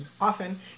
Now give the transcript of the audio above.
often